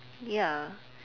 ya